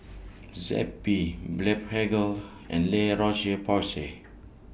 Zappy Blephagel and La Roche Porsay